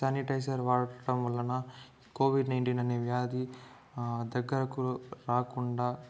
sanitiser వాడటం వలన COVID nineteen అనే వ్యాధి దగ్గరకు రాకుండా